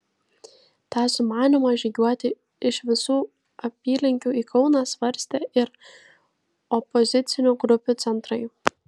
tą sumanymą žygiuoti iš visų apylinkių į kauną svarstė ir opozicinių grupių centrai